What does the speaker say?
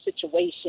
situation